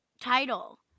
title